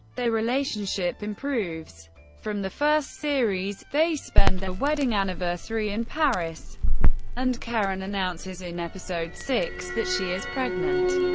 their relationship improves from the first series they spend their wedding anniversary in paris and karen announces in episode six that she is pregnant.